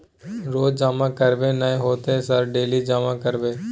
रोज जमा करबे नए होते सर डेली जमा करैबै?